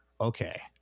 okay